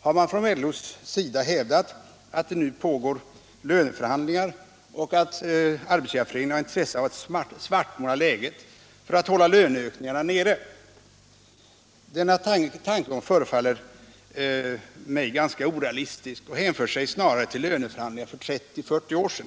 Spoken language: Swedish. har man från LO:s sida hävdat att det nu pågår löneförhandlingar och att SAF har intresse av att svartmåla läget för att hålla löneökningarna nere. Denna tankegång förefaller mig ganska orealistisk och hänför sig snarare till löneförhandlingar för 30-40 år sedan.